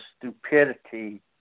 stupidity